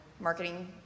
marketing